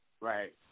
Right